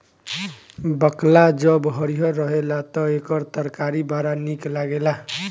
बकला जब हरिहर रहेला तअ एकर तरकारी बड़ा निक लागेला